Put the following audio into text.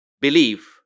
believe